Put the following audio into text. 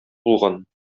булган